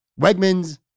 Wegmans